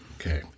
Okay